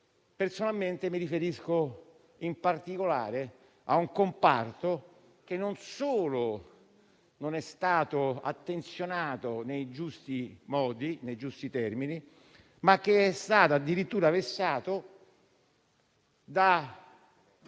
delusione. Mi riferisco in particolare a un comparto che non solo non è stato attenzionato nei giusti modi e termini, ma è stato addirittura vessato da